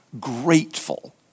grateful